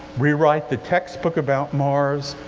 rewrite the textbook about mars.